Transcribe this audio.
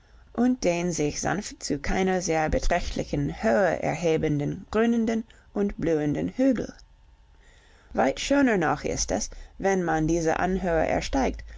und den sich sanft zu keiner sehr beträchtlichen höhe erhebenden grünenden und blühenden hügel weit schöner noch ist es wenn man diese anhöhe ersteigt